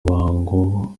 ruhango